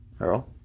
Earl